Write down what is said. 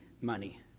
money